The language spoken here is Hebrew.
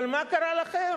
אבל מה קרה לכם?